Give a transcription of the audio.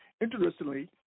Interestingly